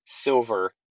silver